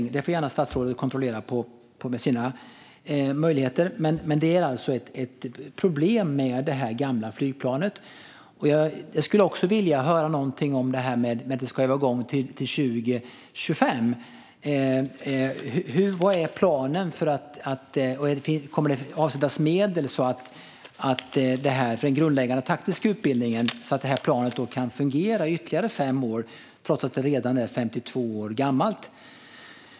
Statsrådet får gärna kontrollera det utifrån sina möjligheter, men det är alltså problem med det här gamla flygplanet. Jag skulle också vilja höra någonting om detta att det ska vara igång till 2025. Vad är planen? Kommer det att avsättas medel till den grundläggande taktiska utbildningen så att planet kan fungera i ytterligare fem år, trots att det redan är 52 år gammalt?